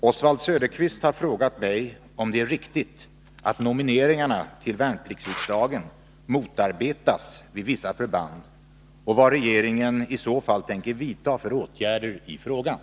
Herr talman! Oswald Söderqvist har frågat mig, om det är riktigt att nomineringarna till värnpliktsriksdagen motarbetas vid vissa förband och vad regeringen i så fall tänker vidta för åtgärder i frågan.